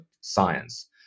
science